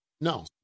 no